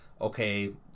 okay